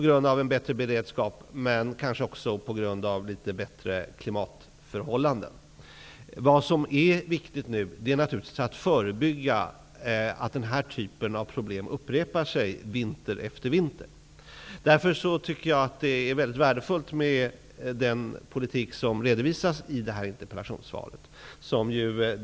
Man hade bättre beredskap, och klimatförhållandena var något bättre. Det är nu viktigt att förebygga att den här typen av problem upprepar sig vinter efter vinter. Jag tycker därför att det är mycket värdefullt med den politik som redovisas i det här interpellationssvaret.